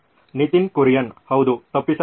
ನಿತಿನ್ ಕುರಿಯನ್ ಹೌದು ತಪ್ಪಿಸಲಾಗಿದೆ